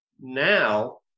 now